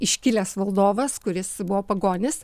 iškilęs valdovas kuris buvo pagonis